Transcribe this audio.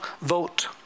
vote